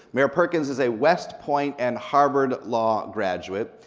mayor perkins is a west point and harvard law graduate.